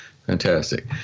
Fantastic